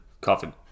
coffin